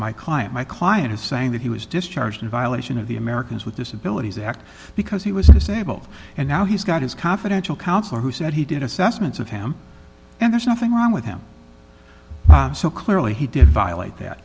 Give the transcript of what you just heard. my client my client is saying that he was discharged in violation of the americans with disabilities act because he was disabled and now he's got his confidential counselor who said he did assessments of him and there's nothing wrong with him so clearly he did violate that